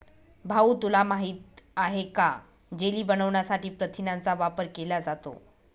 भाऊ तुला माहित आहे का जेली बनवण्यासाठी प्रथिनांचा वापर केला जातो